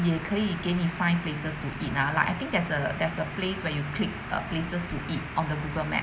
也可以给你 find places to eat ah like I think there's a there's a place where you click uh places to eat on the Google map